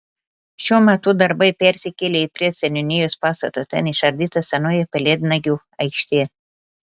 šiuo metu darbai persikėlė ir prie seniūnijos pastato ten išardyta senoji pelėdnagių aikštė